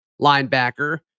linebacker